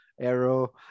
arrow